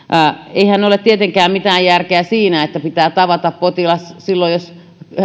eihän ole tietenkään mitään järkeä siinä että pitää tavata potilas silloin jos